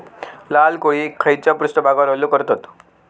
लाल कोळी खैच्या पृष्ठभागावर हल्लो करतत?